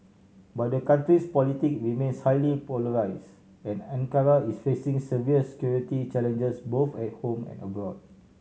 but the country's politic remains highly polarise and Ankara is facing severes security challenges both at home and abroad